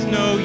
no